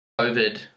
COVID